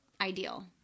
ideal